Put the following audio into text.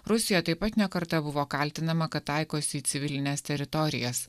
rusija taip pat ne kartą buvo kaltinama kad taikos į civilines teritorijas